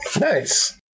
Nice